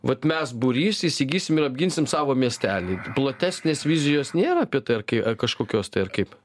vat mes būrys įsigysim ir apginsim savo miestelį platesnės vizijos nėra apie tai ar kai kažkokios tai ir kaip